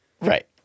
Right